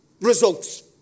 results